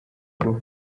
rwo